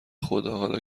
خدا، حالا